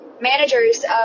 managers